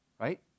right